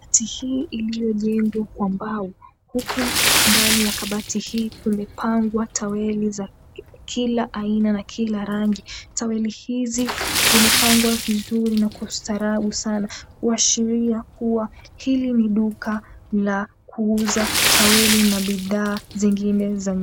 Kabati hii iliyojengwa kwa mbao huku ndani ya kabati hii kumepangwa towel za kila aina na kila rangi. Towel hizi zimepangwa vizuri na kwa ustaarabu sana kuashiria kua hili ni duka la kuuza towel na bidhaa zingine za nyumba.